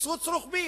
יהיה קיצוץ רוחבי,